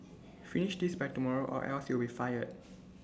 finish this by tomorrow or else you'll be fired